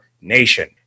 nation